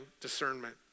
discernment